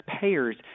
payers